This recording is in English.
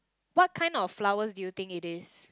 what kind of flowers do you think it is